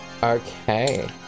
Okay